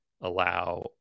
allow